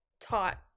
taught